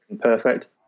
perfect